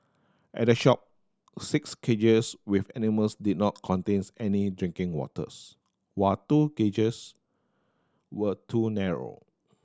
at the shop six cages with animals did not contains any drinking waters while two cages were too narrow